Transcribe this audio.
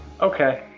Okay